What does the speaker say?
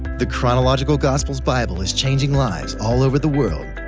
the chronological gospels bible is changing lives all over the world,